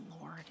Lord